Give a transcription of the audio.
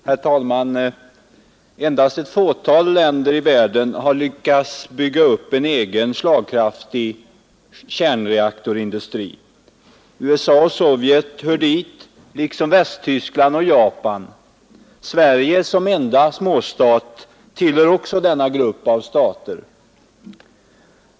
Herr talman! Endast ett fåtal länder i världen har lyckats bygga upp en egen slagkraftig kärnreaktorindustri. USA och Sovjetunionen hör dit liksom Västtyskland och Japan. Sverige som enda småstat tillhör också denna grupp av stater.